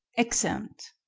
exeunt